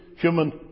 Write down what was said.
human